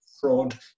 fraud